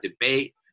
debate